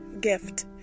gift